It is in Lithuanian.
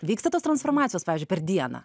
vyksta tos transformacijos pavyzdžiui per dieną